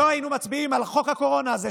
לא היינו מצביעים על חוק הקורונה הזה,